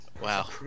Wow